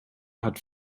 hat